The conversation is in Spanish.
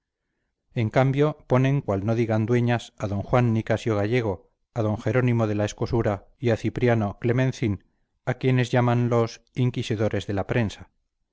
en cambio ponen cual no digan dueñas a d juan nicasio gallego a d jerónimo de la escosura y a cipriano clemencín a quienes llamanlos inquisidores de la prensa